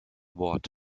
wort